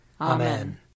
Amen